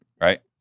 right